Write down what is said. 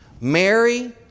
Mary